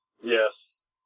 Yes